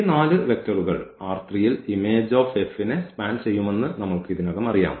ഈ നാല് വെക്റ്ററുകൾ ൽ image നെ സ്പാൻ ചെയ്യുമെന്ന് നമ്മൾക്ക് ഇതിനകം അറിയാം